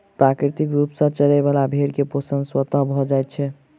प्राकृतिक रूप सॅ चरय बला भेंड़ के पोषण स्वतः भ जाइत छै